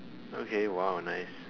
okay !wow! nice